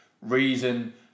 reason